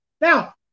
Now